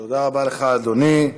תודה רבה לך, אדוני.